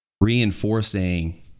reinforcing